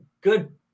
good